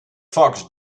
fox